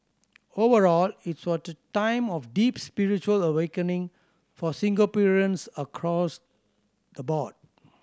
overall it was the time of deep spiritual awakening for Singaporeans across the board